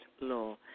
law